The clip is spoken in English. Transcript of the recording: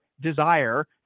desire